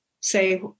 say